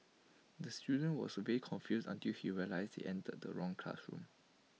the student was very confused until he realised he entered the wrong classroom